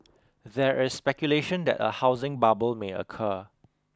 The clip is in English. there is speculation that a housing bubble may occur